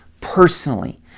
personally